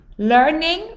learning